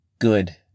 good